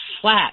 flat